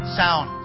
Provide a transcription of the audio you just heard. sound